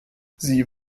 sie